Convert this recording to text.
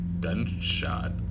gunshot